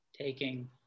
taking